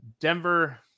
Denver